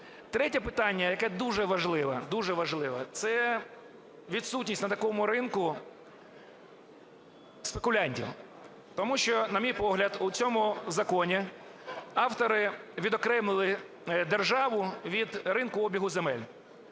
Третє питання, яке дуже важливе, дуже важливе, це відсутність на такому ринку спекулянтів. Тому що, на мій погляд, у цьому законі автори відокремили державу від ринку обігу земель.